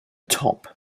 top